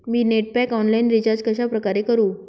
मी net pack online recharge कशाप्रकारे करु?